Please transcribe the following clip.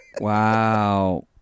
Wow